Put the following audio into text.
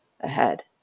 ahead